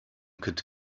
could